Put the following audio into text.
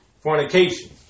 fornication